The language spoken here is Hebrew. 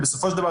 ובסופו של דבר,